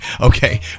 Okay